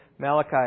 Malachi